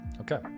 Okay